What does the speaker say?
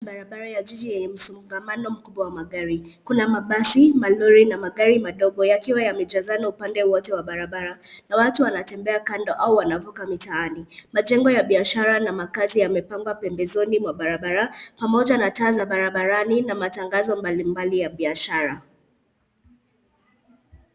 Barabara ya jiji yenye msongamano mkubwa wa magari. Kuna mabasi, malori na magari madogo yakiwa yamejazana upande wote wa barabara na watu wanatembea kando au wanavuka mitaani. Majengo ya biashara na makaazi yamepangwa pembezoni mwa barabara pamoja na taa za barabarani na matangazo mbalimbali ya biashara.